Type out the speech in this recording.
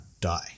die